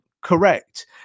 correct